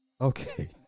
Okay